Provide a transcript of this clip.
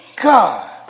god